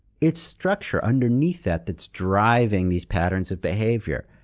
it's structure, underneath that, that's driving these patterns of behavior.